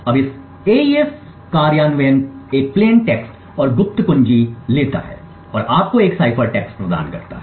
अब यह एईएस कार्यान्वयन एक प्लेन टेक्स्ट और गुप्त कुंजी लेता है और आपको एक साइफर टेक्स्ट प्रदान करता है